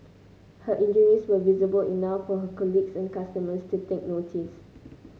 her injuries were visible enough for her colleagues and customers to take notice